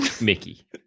mickey